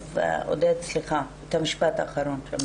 עודד, סליחה, את המשפט האחרון שאמרת.